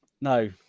No